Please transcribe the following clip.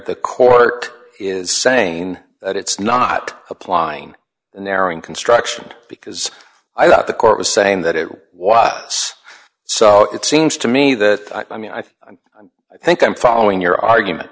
the court is saying that it's not applying the narrowing construction because i thought the court was saying that it was so it seems to me that i mean i i think i'm following your argument